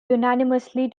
unanimously